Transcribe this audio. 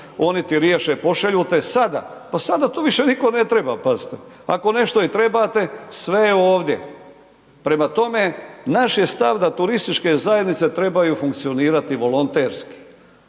oni ti riješe pošalju te. Sada, pa sada to više nitko ne treba pazite, ako nešto i trebate sve je ovdje. Prema tome, naš je stav da turističke zajednice trebaju funkcionirati volonterski,